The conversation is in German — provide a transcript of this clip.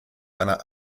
einer